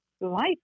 life